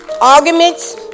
Arguments